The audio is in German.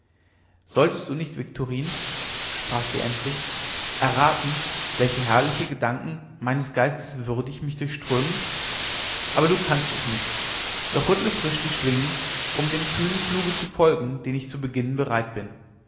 solltest du nicht viktorin sprach sie endlich erraten welche herrliche gedanken meines geistes würdig mich durchströmen aber du kannst es nicht doch rüttle frisch die schwingen um dem kühnen fluge zu folgen den ich zu beginnen bereit bin